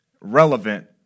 relevant